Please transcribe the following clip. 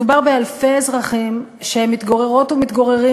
מדובר באלפי אזרחים שמתגוררות ומתגוררים